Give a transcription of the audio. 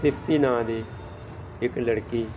ਸਿਫਤੀ ਨਾਂ ਦੀ ਇੱਕ ਲੜਕੀ